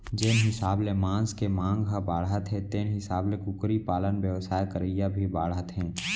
जेन हिसाब ले मांस के मांग ह बाढ़त हे तेन हिसाब ले कुकरी पालन बेवसाय करइया भी बाढ़त हें